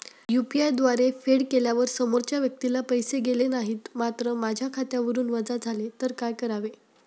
UPI द्वारे फेड केल्यावर समोरच्या व्यक्तीला पैसे गेले नाहीत मात्र माझ्या खात्यावरून वजा झाले तर काय करावे?